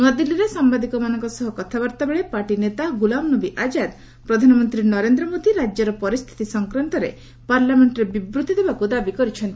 ନ୍ନଆଦିଲ୍ଲୀରେ ସାମ୍ଭାଦିକମାନଙ୍କ ସହ କଥାବାର୍ତ୍ତା ବେଳେ ପାର୍ଟି ନେତା ଗୁଲାମ୍ନବୀ ଆଜାଦ ପ୍ରଧାନମନ୍ତ୍ରୀ ନରେନ୍ଦ୍ର ମୋଦୀ ରାଜ୍ୟର ପରିସ୍ଥିତି ସଂକ୍ରାନ୍ତରେ ପାର୍ଲାମେଣ୍ଟରେ ବିବୃତ୍ତି ଦେବାକୁ ଦାବି କରିଛନ୍ତି